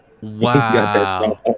Wow